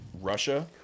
russia